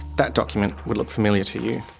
that document would look familiar to you.